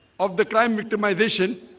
of the crime victimization